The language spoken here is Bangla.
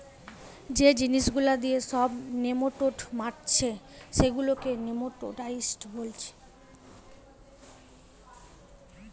যে জিনিস গুলা দিয়ে সব নেমাটোড মারছে সেগুলাকে নেমাটোডসাইড বোলছে